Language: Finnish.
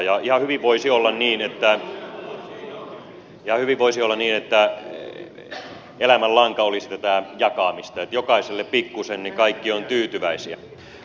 ja ihan hyvin voisi olla niin että elämänlanka olisi tätä jakamista että jokaiselle pikkuisen niin kaikki ovat tyytyväisiä